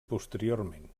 posteriorment